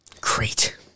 Great